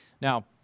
Now